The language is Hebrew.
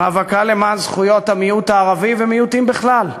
מאבק למען זכויות המיעוט הערבי ומיעוטים בכלל,